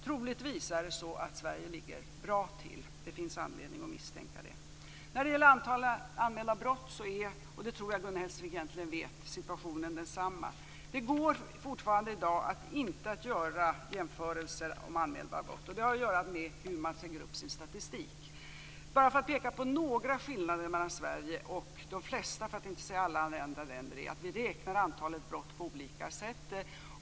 Troligtvis ligger Sverige bra till; det finns anledning att misstänka det. När det gäller antalet anmälda brott är situationen densamma och det tror jag att Gun Hellsvik egentligen vet. Fortfarande är det så att det inte går att göra jämförelser när det gäller anmälda brott. Det har att göra med hur statistiken läggs upp. Jag kan peka på några skillnader mellan Sverige och de flesta, för att inte säga alla andra, länder. Antalet brott räknas på olika sätt.